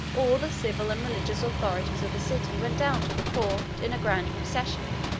all the civil and religious authorities of the city went down to the port, in a grand procession,